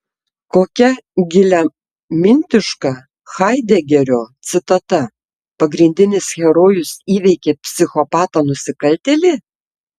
kokia giliamintiška haidegerio citata pagrindinis herojus įveikė psichopatą nusikaltėlį